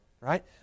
right